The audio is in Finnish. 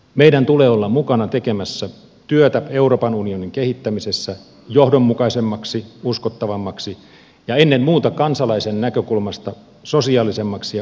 meidän tulee olla mukana tekemässä työtä euroopan unionin kehittämisessä johdonmukaisemmaksi uskottavammaksi ja ennen muuta kansalaisen näkökulmasta sosiaalisemmaksi ja oikeudenmukaisemmaksi